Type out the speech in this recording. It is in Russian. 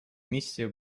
миссия